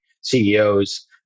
CEOs